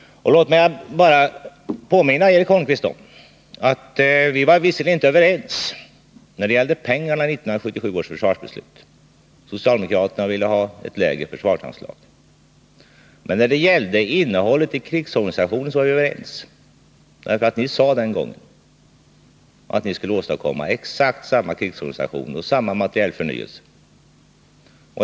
Låt mig påminna Eric Holmqvist om att vi visserligen inte var överens när det gällde pengarna i 1977 års försvarsbeslut — socialdemokraterna ville ju ha ett lägre försvarsanslag. Men när det gällde innehållet i krigsorganisationen 13 var vi överens. Ni sade den gången att ni skulle åstadkomma exakt samma krigsorganisation och samma materielförnyelse till lägre kostnad.